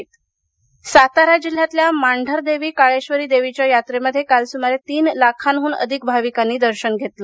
यात्रा सातारा सातारा जिल्ह्यातल्या मांढरदेवी काळेश्वरी देवीच्या यात्रेमध्ये काल सुमारे तीन लाखांहून अधिका भाविकांनी दर्शन घेतलं